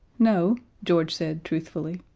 no, george said, truthfully.